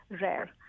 rare